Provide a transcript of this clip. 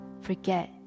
forget